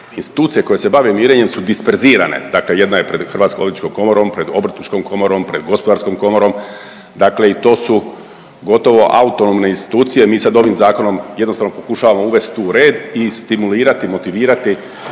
institucije koje se bave mirenjem su disperzirane, dakle jedna je pred Hrvatskom odvjetničkom komorom, pred Obrtničkom komorom, pred Gospodarskom komorom. Dakle i to su gotovo autonomne institucije. Mi sad ovim zakonom jednostavno pokušavamo uvesti tu red i stimulirati, motivirati